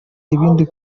ibindi